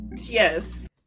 Yes